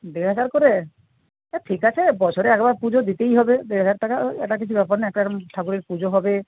দেড় হাজার করে তা ঠিক আছে বছরে একবার পুজো দিতেই হবে দেড় হাজার টাকা একটা কিছু ব্যাপার না একটা এরকম ঠাকুরের পুজো হবে